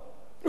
הוא אומר: